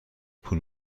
پول